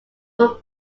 would